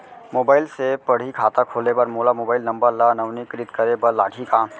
Mobile से पड़ही खाता खोले बर मोला मोबाइल नंबर ल नवीनीकृत करे बर लागही का?